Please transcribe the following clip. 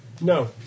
No